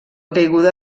caiguda